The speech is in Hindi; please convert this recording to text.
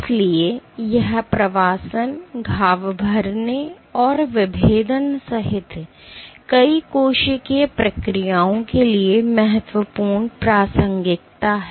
इसलिए यह प्रवासन घाव भरने और विभेदन सहित कई कोशिकीय प्रक्रियाओं के लिए महत्वपूर्ण प्रासंगिकता है